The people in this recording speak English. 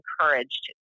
encouraged